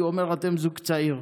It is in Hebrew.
כי היא אומרת: אתם זוג צעיר.